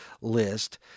list